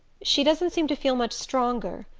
she doesn't seem to feel much stronger.